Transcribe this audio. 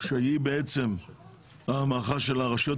שהיא בעצם מערכת הבחירות של הרשויות